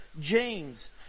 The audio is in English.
James